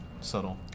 subtle